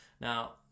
Now